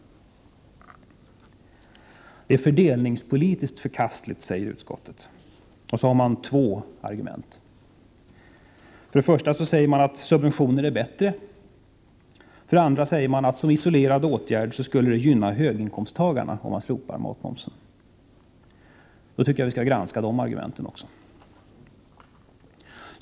Det är fördelningspolitiskt förkastligt, säger utskottet och man anför två argument: 2. som isolerad åtgärd skulle det gynna höginkomsttagarna. Låt oss granska också dessa argument.